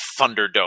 Thunderdome